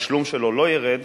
התשלום שלו לא ירד,